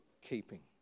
keeping